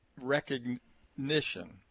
recognition